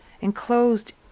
enclosed